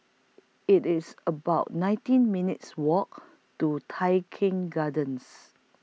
IT IS about nineteen minutes' Walk to Tai Keng Gardens